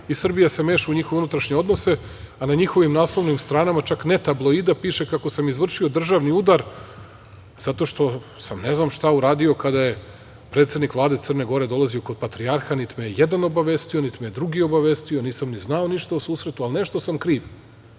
i Srbija se meša u njihove unutrašnje odnose, a na njihovim naslovnim stranama, čak ne tabloida, piše kako sam izvršio državni udar zato što sam ne znam šta uradio kada je predsednik Vlade Crne Gore dolazio kod patrijarha. Niti me je jedan obavestio, niti me je drugi obavestio, nisam ni znao ništa o susretu, ali nešto sam kriv.